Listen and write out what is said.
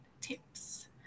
tips